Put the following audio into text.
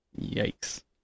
Yikes